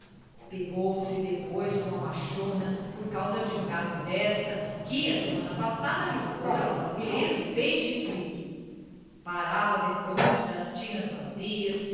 pegou-se depois com a machona por causa de um gato desta que a semana passada lhe fora ao tabuleiro do peixe frito parava defronte das tinas vazias